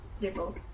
level